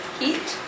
heat